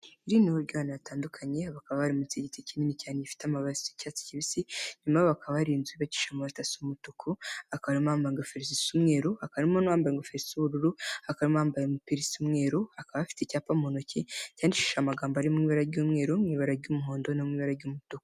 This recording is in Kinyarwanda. irindi miro hatandukanye bakaba barimutse igiti kinini cyane gifite amabati y'icyatsi kibisi nyuma bakaba ari inzu bacisha amatasu umutuku akamamangaferiza icyumweruru akarimouabambaye ingofero y'ubururu akama yambaye umupirisi umweru akaba afite icyapa mu ntoki cyandikishije amagambo ari mu mpera y'umweru mu ibara ry'umuhondo n' ibara ry'umutuku